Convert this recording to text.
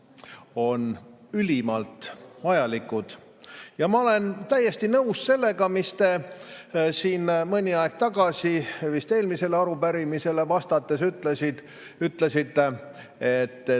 on ülimalt vajalikud. Ma olen täiesti nõus sellega, mis te siin mõni aeg tagasi vist eelmisele arupärimisele vastates ütlesite, et